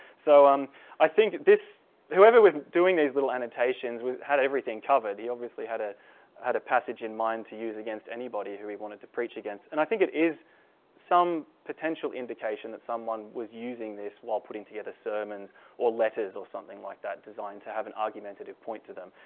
so um i think this whoever was doing these little annotations we've had everything covered. he obviously had a had a passage in mind to use against anybody who he wanted to preach against. and i think it is some potential indication that someone was using this while putting together sermons or letters or something like that designed to have an argumentative point to them.